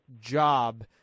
job